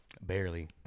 barely